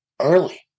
early